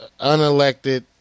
unelected